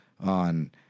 on